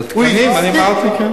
לתקנים, אני אמרתי, כן.